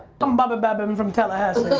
i'm bobby babbin from tallahassee.